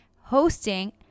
hosting